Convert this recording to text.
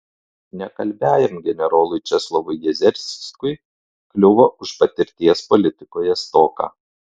nekalbiajam generolui česlovui jezerskui kliuvo už patirties politikoje stoką